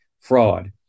fraud